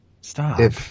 Stop